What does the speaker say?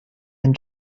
and